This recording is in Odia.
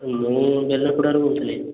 ମୁଁ ଗେଲପଡ଼ାରୁ କହୁଥିଲି